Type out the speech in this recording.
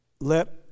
Let